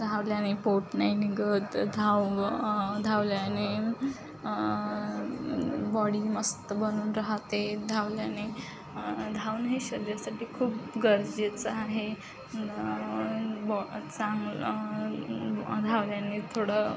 धावल्याने पोट नाही निघत धाव धावल्याने बॉडी मस्त बनून राहते धावल्याने धावणे हे शरीरासाठी खूप गरजेचं आहे बॉ चांगलं धावल्याने थोडं